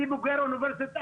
אני בוגר אוניברסיטת אריזונה.